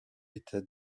étaient